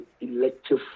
elective